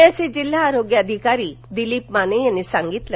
पुण्याचे जिल्हा आरोग्य अधिकारी दिलीप माने यांनी सांगितलं